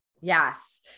Yes